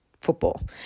football